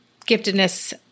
giftedness